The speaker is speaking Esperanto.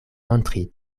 montri